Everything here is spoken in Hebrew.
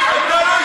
חיליק,